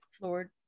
Lord